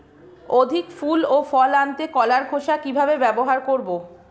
অধিক ফুল ও ফল আনতে কলার খোসা কিভাবে ব্যবহার করব?